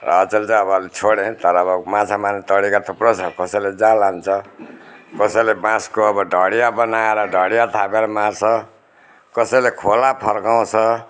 र अचेल चाहिँ अब अलि छोडेँ तर अब माछा मार्ने तरिका थुप्रै छ कसैले जाल हान्छ कसैले बाँसको अब ढडिया बनाएर ढडिया थापेर मार्छ कसैले खोला फर्काउँछ